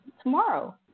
tomorrow